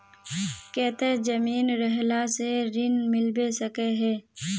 केते जमीन रहला से ऋण मिलबे सके है?